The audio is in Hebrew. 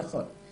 נכון.